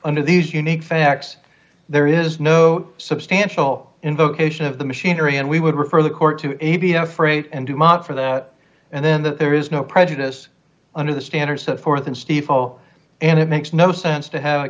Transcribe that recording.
under these unique facts there is no substantial invocation of the machinery and we would refer the court to be afraid and to mock for that and then that there is no prejudice under the standards set forth in stiefel and it makes no sense to have a